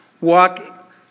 walk